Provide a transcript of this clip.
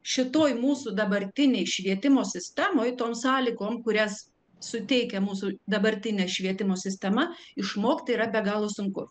šitoj mūsų dabartinėj švietimo sistemoj tom sąlygom kurias suteikia mūsų dabartinė švietimo sistema išmokti yra be galo sunku